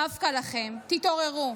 דווקא לכם: תתעוררו.